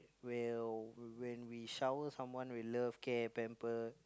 will when we shower someone with love care pamper